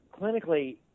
clinically